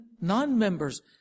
non-members